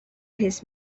his